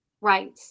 Right